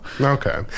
okay